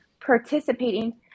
participating